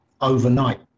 overnight